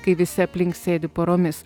kai visi aplink sėdi poromis